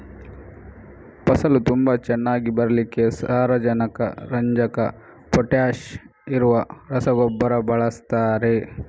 ಫಸಲು ತುಂಬಾ ಚೆನ್ನಾಗಿ ಬರ್ಲಿಕ್ಕೆ ಸಾರಜನಕ, ರಂಜಕ, ಪೊಟಾಷ್ ಇರುವ ರಸಗೊಬ್ಬರ ಬಳಸ್ತಾರೆ